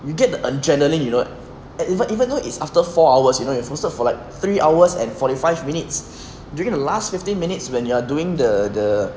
you get the adrenalin you know and even even though it's after four hours you know you've hosted for like three hours and forty five minutes during the last fifteen minutes when you're doing the the